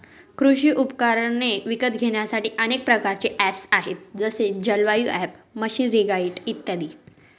कृषी उपकरणे विकत घेण्यासाठी अनेक प्रकारचे ऍप्स आहेत जसे जलवायु ॲप, मशीनरीगाईड इत्यादी